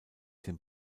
dem